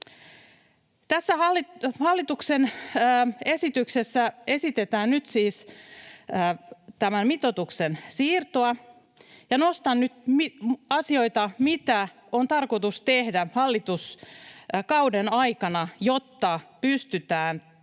Tässä hallituksen esityksessä esitetään nyt siis tämän mitoituksen siirtoa, ja nostan nyt asioita, joita on tarkoitus tehdä hallituskauden aikana, jotta pystytään